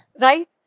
Right